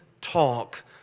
talk